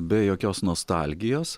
be jokios nostalgijos